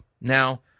Now